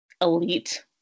elite